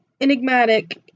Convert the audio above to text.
enigmatic